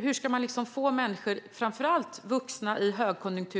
Hur ska man i högkonjunktur kunna få människor att göra detta, framför allt vuxna